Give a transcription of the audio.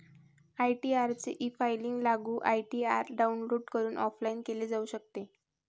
ITR चे efiling लागू ITR download करून ऑफलाइन केले जाऊ शकते